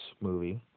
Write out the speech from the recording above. movie